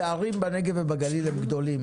הפערים בנגב ובגליל הם גדולים,